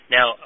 Now